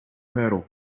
hurdle